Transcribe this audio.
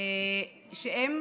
והם